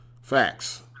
Facts